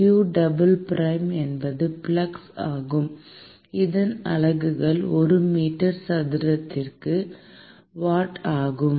q double prime என்பது flux ஆகும் இதன் அலகுகள் ஒரு மீட்டர் சதுரத்திற்கு வாட் ஆகும்